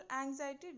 anxiety